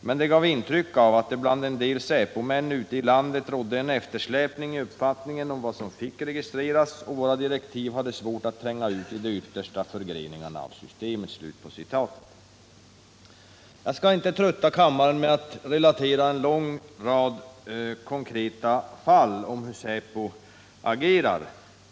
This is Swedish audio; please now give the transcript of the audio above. Men det gav intryck av att det bland en del säpomän ute i landet rådde en eftersläpning i uppfattningen om vad som fick registreras och våra direktiv hade svårt att tränga ut i de yttersta förgreningarna av systemet.” Jag skall inte trötta kammaren med att relatera en lång rad konkreta fall om hur säpo agerar.